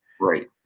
Right